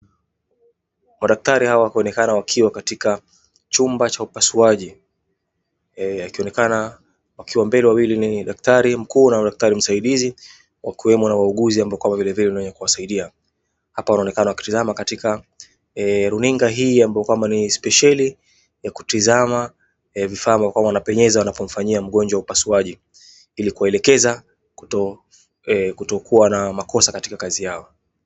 Madaktari hawa wakionekana wakiwa katika chumba cha upasuaji, wakionekana wakiwa mbele ni daktari mkuu na daktari msaidizi wakiwemo na wauguzi ambao kwamba vile vile wakuwasaidia. Hapa wanaonekana wakitizama katika runinga hii amabayo kwamba ni sipesheli ya kutizama vifaa ambavyo kwamba wanapopenyeza wanapomfanyia mgonjwa upasuaji ili kuwaelekeza kutokua na makosa katika kazi yao.